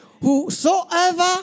Whosoever